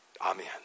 Amen